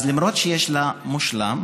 אז למרות שיש לה "מושלם",